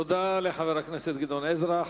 תודה לחבר הכנסת גדעון עזרא.